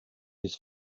his